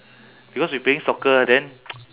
because we playing soccer then